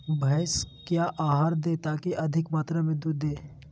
भैंस क्या आहार दे ताकि अधिक मात्रा दूध दे?